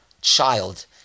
child